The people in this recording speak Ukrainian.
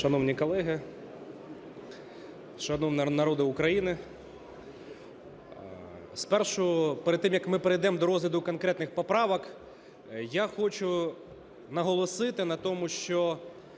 Шановні колеги! Шановний народе України! Перед тим, як ми перейдемо до розгляду конкретних поправок, я хочу наголосити на тому, що